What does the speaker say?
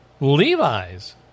Levi's